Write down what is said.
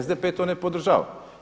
SDP to ne podržava.